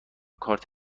کارت